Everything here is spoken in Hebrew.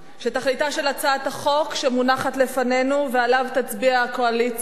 שתכליתה של הצעת החוק שמונחת לפנינו ועליה תצביע הקואליציה,